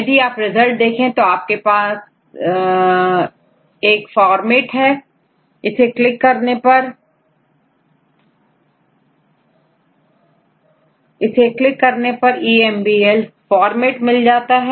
यदि आप सारे रिजल्ट देखें तो आपके पास देख फॉर्मेट है जिसे क्लिक कर EMBL फॉर्मेट मिल सकता है